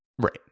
Right